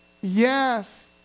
Yes